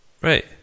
Right